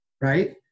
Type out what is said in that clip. right